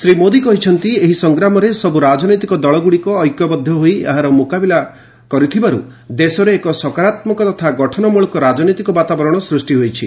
ଶ୍ରୀ ମୋଦୀ କହିଛନ୍ତି ଏହି ସଂଗ୍ରାମରେ ସବୁ ରାଜନୈତିକ ଦଳଗୁଡ଼ିକ ଐକ୍ୟବଦ୍ଧ ହୋଇ ଏହାର ମୁକାବିଲା କରୁଥିବାରୁ ଦେଶରେ ଏକ ସକାରାତ୍ମକ ତଥା ଗଠନମ୍ବଳକ ରାଜନୈତିକ ବାତାବରଣ ସୃଷ୍ଟି ହୋଇଛି